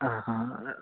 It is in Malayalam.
ആ ആാ